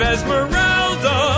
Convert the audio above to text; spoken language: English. Esmeralda